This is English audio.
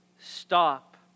stop